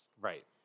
Right